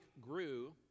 grew